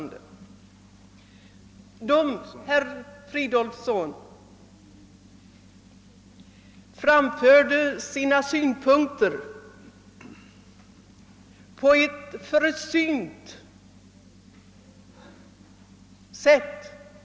De framförde sina synpunkter på ett försynt sätt, herr Fridolfsson.